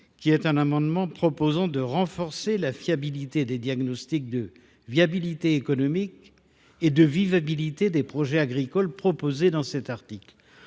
Cet amendement vise à renforcer la fiabilité des diagnostics de viabilité économique et de vivabilité des projets agricoles proposés dans cet article.